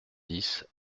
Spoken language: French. dix